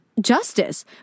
justice